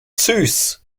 süß